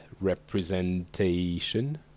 representation